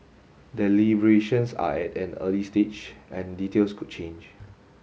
deliberations are at an early stage and details could change